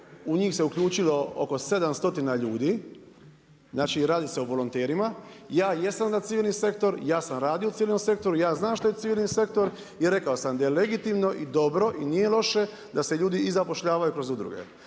u njih se uključilo oko 700 ljudi, znači radi se o volonterima. Ja jesam za civilni sektor. Ja sam radio u civilnom sektoru, ja znam što je civilni sektor i rekao sam da je legitimno i dobro i nije loše da se ljudi i zapošljavaju kroz udruge.